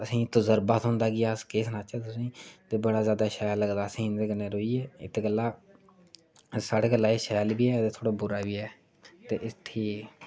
असेंगी तजर्वा थ्होंदा कि अस केह् सनाचै तुसेंगी ते बड़ा सैल लगदा असेंगी उंदे कन्नै ते इत्त गल्ला साढ़ै कल्ला एह् शैल बी ऐ ते बुरा बी ऐ ते ठीक ऐ